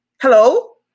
Hello